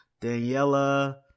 Daniela